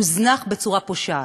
הוא הוזנח בצורה פושעת.